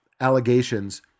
allegations